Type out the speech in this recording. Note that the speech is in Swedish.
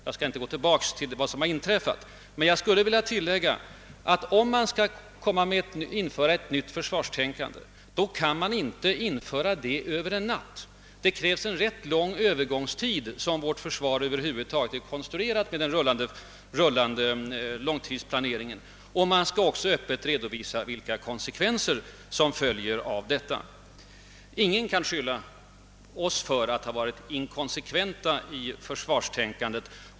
Jag skall inte gå tillbaka till vad som inträffat, men jag skulle vilja tillägga, att om man skall införa ett nytt försvarstänkande, så kan man inte göra det över en natt. Det krävs en lång övergångstid, så som vårt försvar är konstruerat med den rullande långtidsplaneringen. Man skall också öppet redovisa vilka konsekvenserna blir. Ingen kan beskylla oss för att ha varit inkonsekventa i vårt försvarstänkande.